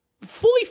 fully